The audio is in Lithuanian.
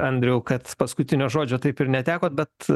andriau kad paskutinio žodžio taip ir netekot bet